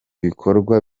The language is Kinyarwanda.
bikorwa